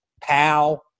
pal